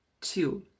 two